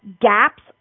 gaps